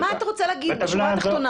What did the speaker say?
מה אתה רוצה להגיד, בשורה התחתונה?